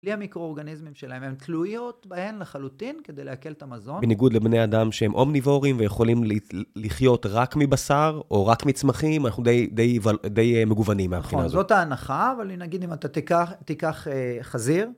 בלי המיקרואורגניזמים שלהם, הן תלויות בהן לחלוטין כדי לעכל את המזון. בניגוד לבני אדם שהם אומניבוריים ויכולים לחיות רק מבשר, או רק מצמחים, אנחנו די מגוונים מהבחינה הזאת. נכון, זאת ההנחה, אבל נגיד אם אתה תיקח חזיר...